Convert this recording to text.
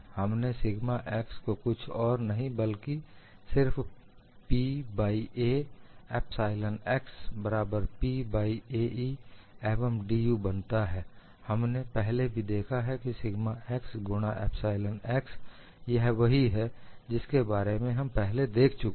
हमने sigma x को कुछ ओर नही बल्कि सिर्फ P by A epsilon x बराबर P बाइ A E एवं dU बनता है हमने पहले भी देखा है कि सिग्मा एक्स गुणा एपसाइलन एक्स यह वही है जिसके बारे में हम पहले देख चुके हैं